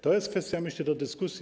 To jest kwestia, jak myślę, do dyskusji.